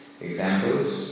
Examples